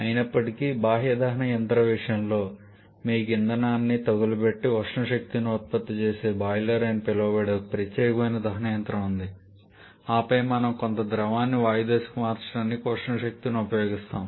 అయినప్పటికీ బాహ్య దహన యంత్రం విషయంలో మీకు ఇంధనాన్ని తగలబెట్టి ఉష్ణ శక్తిని ఉత్పత్తి చేసే బాయిలర్ అని పిలువబడే ఒక ప్రత్యేక దహన యంత్రం ఉంది ఆపై మనము కొంత ద్రవాన్ని వాయు దశకు మార్చడానికి ఉష్ణ శక్తిని ఉపయోగిస్తాము